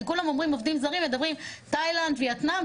כי כולם אומרים עובדים זרים ומדברים על תאילנד ו-וייטנאם,